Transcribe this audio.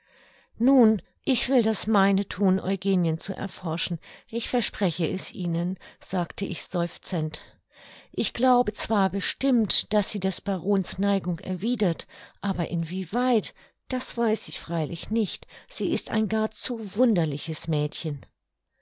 nun ich will das meine thun eugenien zu erforschen ich verspreche es ihnen sagte ich seufzend ich glaube zwar bestimmt daß sie des barons neigung erwiedert aber in wie weit das weiß ich freilich nicht sie ist ein gar zu wunderliches mädchen